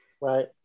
Right